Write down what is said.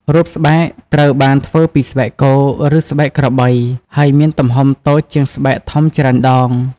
រូបស្បែកត្រូវបានធ្វើពីស្បែកគោ ឬស្បែកក្របី ហើយមានទំហំតូចជាងស្បែកធំច្រើនដង។